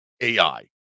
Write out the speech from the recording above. AI